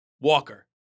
Walker